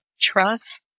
trust